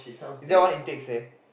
is that what Hin-Teck say